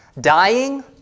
dying